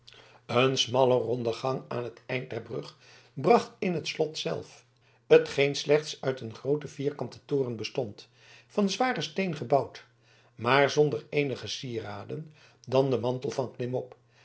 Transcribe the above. een smalle ronde gang aan t eind der brug bracht in het slot zelf t geen slechts uit een grooten vierkanten toren bestond van zwaren steen gebouwd maar zonder eenige sieraden dan den mantel van klimop